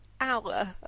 hour